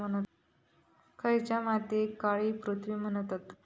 खयच्या मातीयेक काळी पृथ्वी म्हणतत?